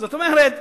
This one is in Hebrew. זאת אומרת,